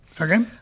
Okay